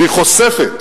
והיא חושפת